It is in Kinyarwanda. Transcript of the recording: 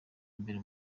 imbere